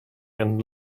and